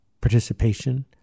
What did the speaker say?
participation